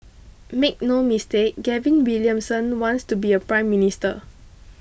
make no mistake Gavin Williamson wants to be a Prime Minister